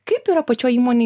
kaip yra pačioj įmonėj